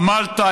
עמלת,